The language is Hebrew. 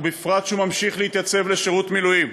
ובפרט שהוא ממשיך להתייצב לשירות מילואים,